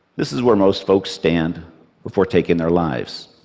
this is where most folks stand before taking their lives.